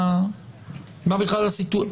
מה בכלל הסיטואציה?